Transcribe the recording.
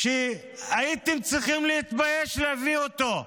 שהייתם צריכים להתבייש להביא אותו.